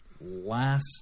last